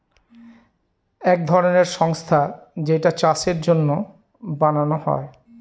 এক ধরনের সংস্থা যেইটা চাষের জন্য বানানো হয়